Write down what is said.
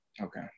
Okay